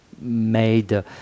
made